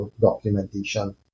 documentation